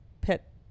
pet